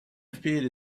appeared